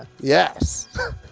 yes